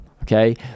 okay